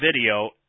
video